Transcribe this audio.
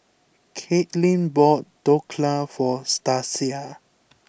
Kaitlin bought Dhokla for Stasia